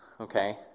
Okay